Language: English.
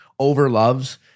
overloves